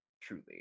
truly